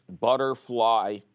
butterfly